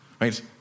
right